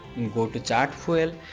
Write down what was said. then go to chat fuel.